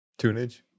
tunage